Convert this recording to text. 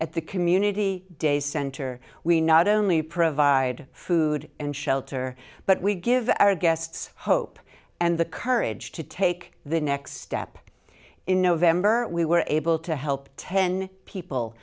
at the community day center we not only provide food and shelter but we give our guests hope and the courage to take the next step in november we were able to help ten people